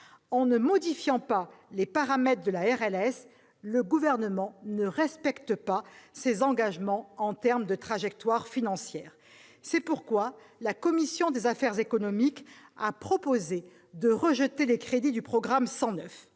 En ne modifiant pas les paramètres de la RLS, le Gouvernement ne respecte pas ses engagements en termes de trajectoire financière. C'est pourquoi la commission des affaires économiques a proposé de rejeter les crédits du programme 109.